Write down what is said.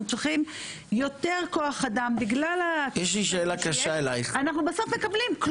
צריכים יותר כוח אדם בגלל --- שיש אנחנו בסוף מקבלים כלום.